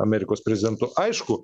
amerikos prezidentu aišku